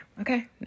Okay